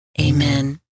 Amen